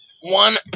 one